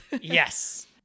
Yes